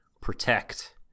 protect